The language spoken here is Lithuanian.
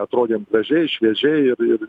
atrodėm gražiai šviežiai ir ir